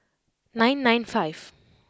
nine nine five